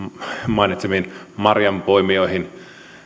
mainitsemiin marjanpoimijoihin